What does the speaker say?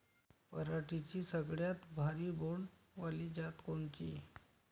पराटीची सगळ्यात भारी बोंड वाली जात कोनची?